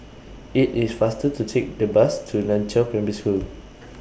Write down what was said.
IT IS faster to Take The Bus to NAN Chiau Primary School